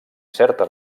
certa